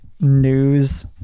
news